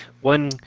One